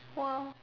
!wow!